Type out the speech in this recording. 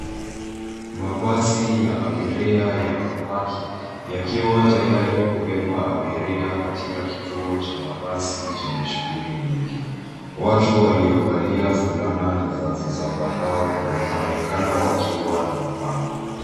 Mabasi ya abiria yamepaki, yakiwa tayari kubeba abiria katika kituo cha mabasi chenye shughuli nyingi. Watu waliovalia fulana za zambarau wanaonekana wakiwa na mabango.